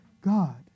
God